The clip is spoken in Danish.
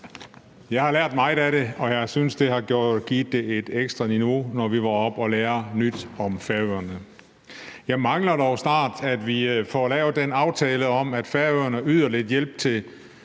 Jeg har lært meget af det, og jeg synes, at det har givet det et ekstra niveau, når vi har været oppe og lære nyt om Færøerne. Jeg mangler dog, at vi snart får lavet den aftale om, at Færøerne yder lidt hjælp til